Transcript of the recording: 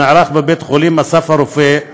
שנערך בבית החולים אסף הרופא,